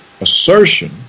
assertion